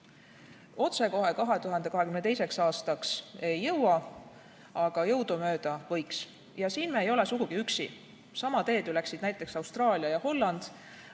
lugeda. 2022. aastaks ei jõua, aga jõudumööda võiks. Ja siin me ei ole sugugi üksi. Sama teed läksid ju näiteks Austraalia ja Holland.